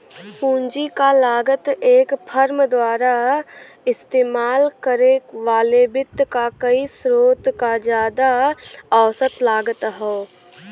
पूंजी क लागत एक फर्म द्वारा इस्तेमाल करे वाले वित्त क कई स्रोत क जादा औसत लागत हौ